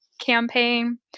campaign